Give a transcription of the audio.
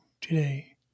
today